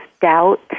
doubt